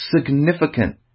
significant